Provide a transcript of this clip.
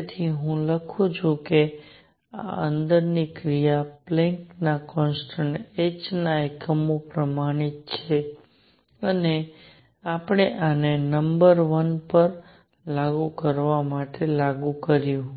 તેથી હું લખું છું કે આ અંદરની ક્રિયા પ્લેન્કPlanck'sના કોન્સટન્ટ h ના એકમોમાં પ્રમાણિત છે અને આપણે આને નંબર વન પર લાગુ કરવા માટે લાગુ કર્યું